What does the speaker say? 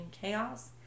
chaos